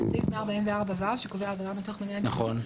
סעיף 144ו שקובע עבירה מתוך מניע גזעני,